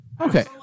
Okay